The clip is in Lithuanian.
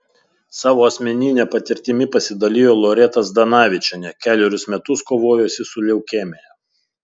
savo asmenine patirtimi pasidalijo loreta zdanavičienė kelerius metus kovojusi su leukemija